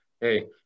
hey